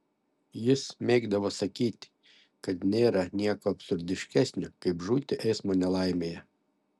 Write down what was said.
jis mėgdavo sakyti kad nėra nieko absurdiškesnio kaip žūti eismo nelaimėje